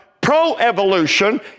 pro-evolution